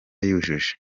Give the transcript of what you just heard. yujuje